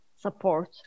support